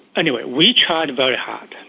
anyway, we tried very hard.